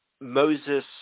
Moses